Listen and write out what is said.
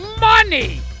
money